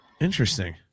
interesting